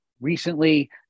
recently